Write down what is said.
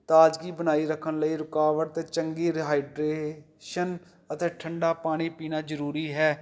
ਤਾਜ਼ਗੀ ਬਣਾਈ ਰੱਖਣ ਲਈ ਰੁਕਾਵਟ ਅਤੇ ਚੰਗੀ ਰੀਹਾਈਡ੍ਰੇਸ਼ਨ ਅਤੇ ਠੰਡਾ ਪਾਣੀ ਪੀਣਾ ਜ਼ਰੂਰੀ ਹੈ